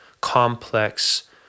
complex